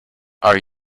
are